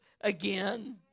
again